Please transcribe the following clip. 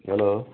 hello